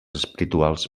espirituals